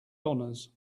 honors